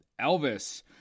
elvis